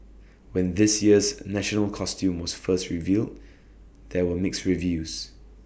when this year's national costume was first revealed there were mixed reviews